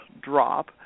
drop